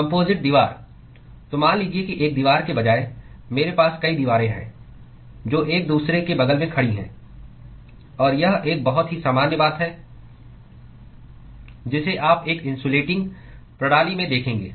composite दीवार तो मान लीजिए कि एक दीवार के बजाय मेरे पास कई दीवारें हैं जो एक दूसरे के बगल में खड़ी हैं और यह एक बहुत ही सामान्य बात है जिसे आप एक इंसुलेटिंग प्रणाली में देखेंगे